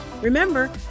Remember